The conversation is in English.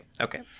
okay